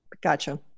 Gotcha